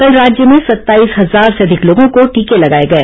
कल राज्य में सत्ताईस हजार से अधिक लोगों को टीके लगाए गए